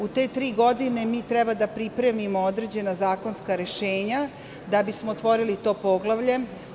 U te tri godine mi treba da pripremimo određena zakonska rešenja da bi smo otvorili to poglavlje.